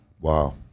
Wow